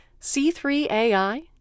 C3AI